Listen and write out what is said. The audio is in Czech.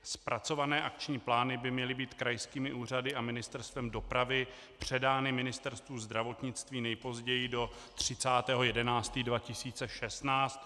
Zpracované akční plány by měly být krajskými úřady a Ministerstvem dopravy předány Ministerstvu zdravotnictví nejpozději do 30. 11. 2016.